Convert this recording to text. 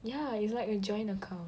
ya it's like a joint account